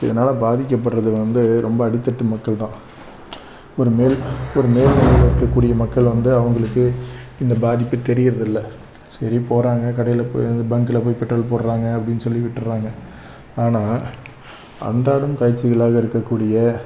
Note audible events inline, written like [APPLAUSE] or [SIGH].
இதனால் பாதிக்கப்படுறது வந்து ரொம்ப அடித்தட்டு மக்கள் தான் ஒரு மேல் ஒரு மேல் நிலையில் இருக்கக்கூடிய மக்கள் வந்து அவங்களுக்கு இந்த பாதிப்பு தெரியிறது இல்லை சரி போகறாங்க கடையில் போய் [UNINTELLIGIBLE] பங்கில் போய் பெட்ரோல் போடுறாங்க அப்படின்னு சொல்லி விட்டுர்றாங்க ஆனால் அன்றாடம் காட்சிகளாக இருக்க கூடிய